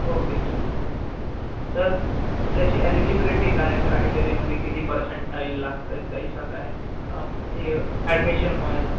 okay sir sir त्याची eligibility काय criteria म्हणजे किती पर्सेंटाईल लागतं त्याईसा काय आप ॲडमिशन व्हायला